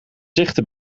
dichter